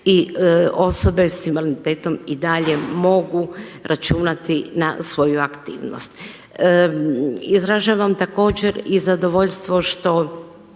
i osobe sa invaliditetom i dalje mogu računati na svoju aktivnost. Izražavam također i zadovoljstvo što